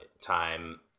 time